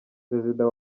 perezida